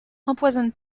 empoisonne